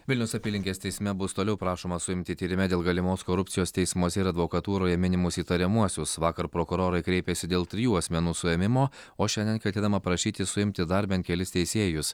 vilniaus apylinkės teisme bus toliau prašoma suimti tyrime dėl galimos korupcijos teismuose ir advokatūroje minimus įtariamuosius vakar prokurorai kreipėsi dėl trijų asmenų suėmimo o šiandien ketinama prašyti suimti dar bent kelis teisėjus